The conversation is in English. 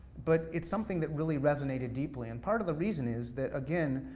but it's something that really resonated deeply, and part of the reason is, that again,